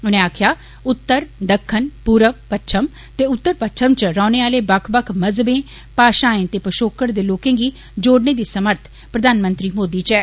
उनें आक्खेआ उत्तर दक्खन पूर्व पच्छम उत्तर पच्छम च रौहने आले बक्ख बक्ख मज़हबें भाषाएं ते पशोकड़ दे लोकें गी जोड़ने दी समर्थ प्रधानमंत्री मोदी च ऐ